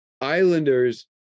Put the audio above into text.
Islanders